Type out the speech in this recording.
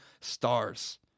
stars